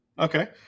Okay